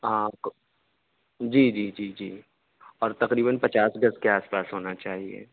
ہاں جی جی جی جی اور تقریباً پچاس گز کے آس پاس ہونا چاہیے